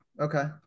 okay